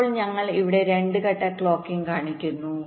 ഇപ്പോൾ ഇവിടെ ഞങ്ങൾ രണ്ട് ഘട്ട ക്ലോക്കിംഗ് കാണിക്കുന്നു